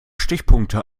stichpunkte